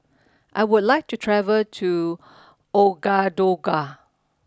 I would like to travel to Ouagadougou